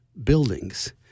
buildings